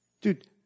dude